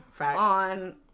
on